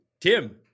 Tim